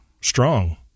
strong